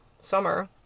summer